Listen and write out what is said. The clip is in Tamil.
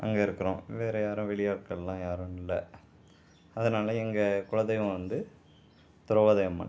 அங்கே இருக்குகிறோம் வேறு யாரும் வெளியாட்கள்லாம் யாரும் இல்லை அதனால் எங்கள் குலதெய்வம் வந்து திரௌபதி அம்மன்